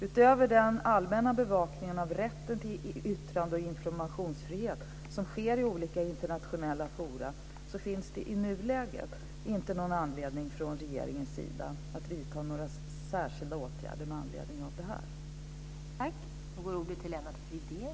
Utöver den allmänna bevakning av rätten till yttrande och informationsfrihet som sker i olika internationella forum finns det i nuläget inte någon anledning att från regeringens sida vidta några särskilda åtgärder med anledning av det här.